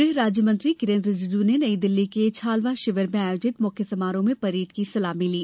गृह राज्य मंत्री किरेन रिजिजू ने नई दिल्ली के छावला शिविर में आयोजित मुख्य समारोह में परेड की सलामी ली